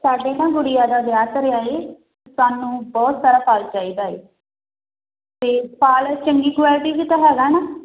ਸਾਡੀ ਨਾ ਗੁਡੀਆ ਦਾ ਵਿਆਹ ਧਰਿਆ ਹੈ ਸਾਨੂੰ ਬਹੁਤ ਸਾਰਾ ਫਲ ਚਾਹੀਦਾ ਹੈ ਅਤੇ ਫਲ ਚੰਗੀ ਕੁਆਲਿਟੀ ਵਿਚ ਤਾਂ ਹੈਗਾ ਨਾ